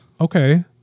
Okay